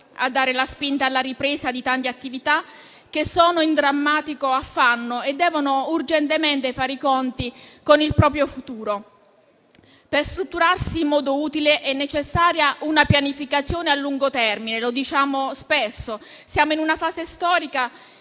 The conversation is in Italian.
a dare la spinta alla ripresa di tante attività che sono in drammatico affanno e devono urgentemente fare i conti con il proprio futuro. Per strutturarsi in modo utile è necessaria una pianificazione a lungo termine: lo diciamo spesso. Siamo in una fase storica